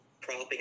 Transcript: propping